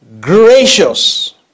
gracious